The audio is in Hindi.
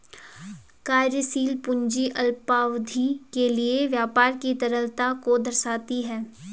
कार्यशील पूंजी अल्पावधि के लिए व्यापार की तरलता को दर्शाती है